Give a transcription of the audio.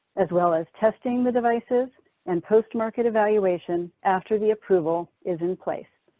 as well as testing the devices and post market evaluation after the approval is in place.